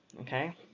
okay